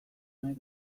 nahi